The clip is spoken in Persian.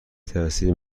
تاثیر